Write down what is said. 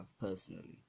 personally